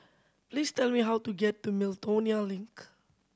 please tell me how to get to Miltonia Link